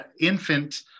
infant